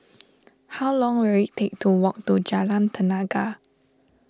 how long will it take to walk to Jalan Tenaga